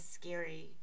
scary